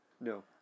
No